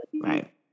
right